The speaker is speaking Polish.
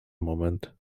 moment